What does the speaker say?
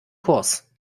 kurs